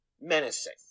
menacing